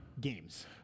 games